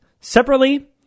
separately